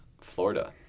Florida